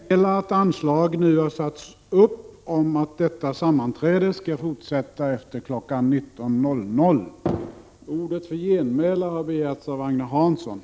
Jag får meddela att anslag nu har satts upp om detta plenums fortsättning efter kl. 19.00.